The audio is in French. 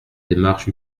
démarche